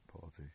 Party